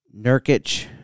Nurkic